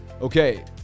Okay